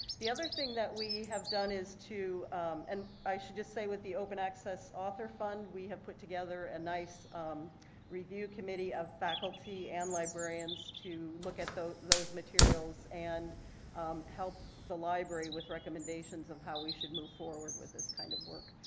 the other thing that we have done is to and i should just say with the open access author fund, we have put together a nice review committee of faculty and librarians to look at those those materials and help the library with recommendations of how we should move forward with this kind of work.